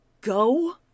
Go